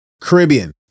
Caribbean